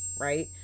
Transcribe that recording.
right